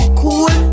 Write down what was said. cool